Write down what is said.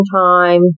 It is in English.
time